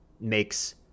makes